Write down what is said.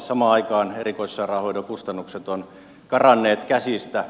samaan aikaan erikoissairaanhoidon kustannukset ovat karanneet käsistä